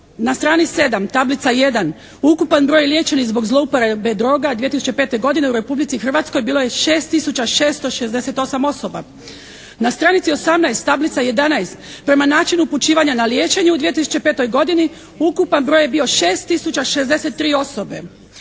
na strani 7, tablica 1 ukupan broj liječenih zbog zlouporabe droga 2005. godine u Republici Hrvatskoj bilo je 6 tisuća 668 osoba. Na stranici 18, tablica 11 prema načinu upućivanja na liječenje u 2005. godini ukupan broj je bio 6 tisuća